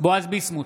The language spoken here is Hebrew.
בועז ביסמוט,